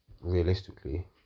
realistically